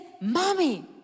mommy